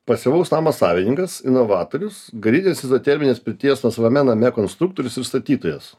pasyvaus namo savininkas inovatorius garinės izoterminės pirties nuosavame name konstruktorius ir statytojas